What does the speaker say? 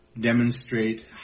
demonstrate